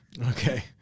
Okay